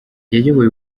yayoboye